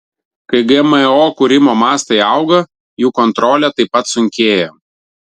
kai gmo kūrimo mastai auga jų kontrolė taip pat sunkėja